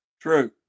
True